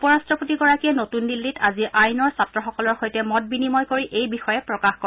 উপ ৰট্টপতিগৰাকীয়ে নতুন দিন্নীত আজি আইনৰ ছাত্ৰসকলৰ সৈতে মত বিনিময় কৰি এই বিষয়ে প্ৰকাশ কৰে